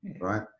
right